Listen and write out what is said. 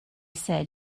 said